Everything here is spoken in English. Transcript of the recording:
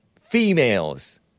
females